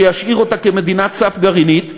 שישאיר אותה כמדינת סף גרעינית.